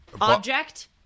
Object